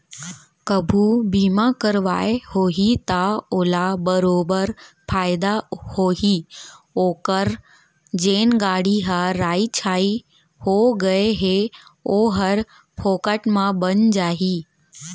कभू बीमा करवाए होही त ओला बरोबर फायदा होही ओकर जेन गाड़ी ह राइ छाई हो गए हे ओहर फोकट म बन जाही